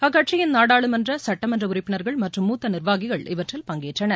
அக்கட்கட்சியின் நாடாளுமன்ற சட்டமன்ற உறுப்பினர்கள் மற்றும் மூத்த நிர்வாகிகள் இவற்றில் பங்கேற்றனர்